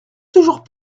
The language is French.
toujours